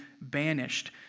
banished